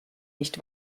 nicht